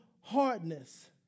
hardness